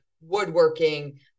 woodworking